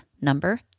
number